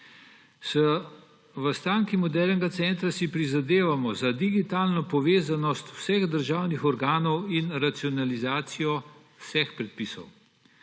V Stranki modernega centra si prizadevamo za digitalno povezanost vseh državnih organov in racionalizacijo vseh predpisov.